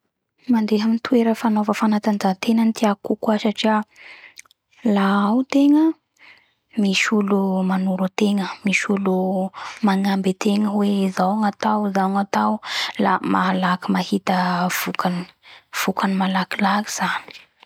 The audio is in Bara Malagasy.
Mandeha amy toera fanaova fanatanjahategna ny tiako kokoa satria la ao tegna misy olo manoro ategna. Misy olo magnamby ategna hoe zao gnatao zao gnatao la malaky mahita vokany, vokany malakilaky zany